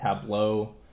Tableau